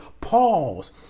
pause